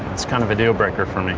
it's kind of a deal breaker for me.